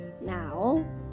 now